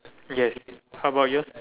yes how about you